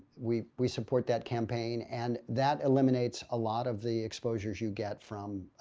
we we support that campaign and that eliminates a lot of the exposures you get from.